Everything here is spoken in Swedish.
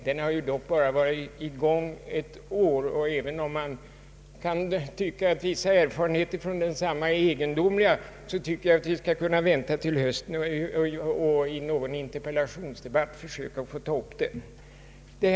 Den har dock varit i gång bara ett år, och även om man kan tycka att vissa erfarenheter från densamma är egendomliga, så bör man väl kunna vänta till hösten och då försöka ta upp denna fråga i någon interpellationsdebati.